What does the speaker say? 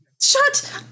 Shut